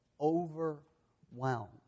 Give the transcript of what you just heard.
overwhelmed